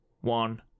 one